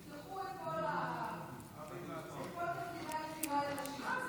תסגרו את תפקידי הבחירה לנשים.